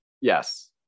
Yes